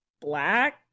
Black